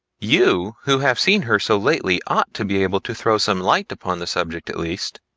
you who have seen her so lately ought to be able to throw some light upon the subject at least.